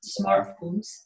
smartphones